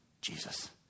Jesus